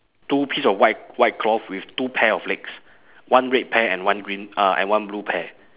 two piece of white white cloth with two pair of legs one red pair and one green uh and one blue pair